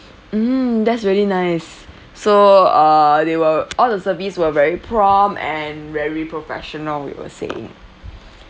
mm that's really nice so err they were all the service were very prompt and very professional you were saying